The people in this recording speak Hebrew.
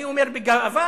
אני אומר בגאווה,